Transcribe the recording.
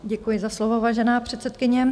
Děkuji za slovo, vážená předsedkyně.